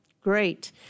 Great